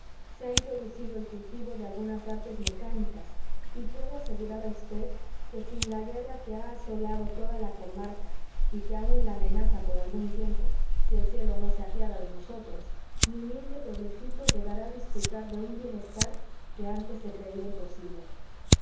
se ha introducido el cultivo de algunas artes mecánicas y puedo asegurar a vd que sin la guerra que ha asolado toda la comarca y que aun la amenaza por algún tiempo si el cielo no se apiada de nosotros mi humilde pueblecito llegará a disfrutar de un bienestar que antes se creía imposible